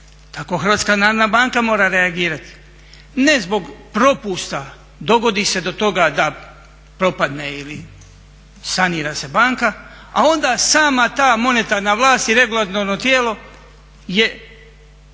reagirati. To HNB mora reagirati, ne zbog propusta, dogodi se do toga da propadne ili sanira se banka, a onda sama ta monetarna vlast i regulatorno tijelo je